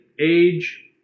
age